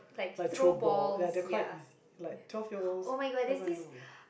like throw ball ya they're quite easy like twelve years old what am i gonna do